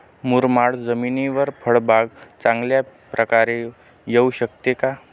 मुरमाड जमिनीवर फळबाग चांगल्या प्रकारे येऊ शकते का?